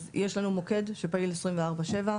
אז יש לנו מוקד שפעיל 24/7,